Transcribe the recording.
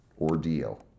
Ordeal